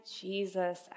Jesus